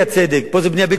זו בנייה בלתי חוקית,